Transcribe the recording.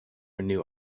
renew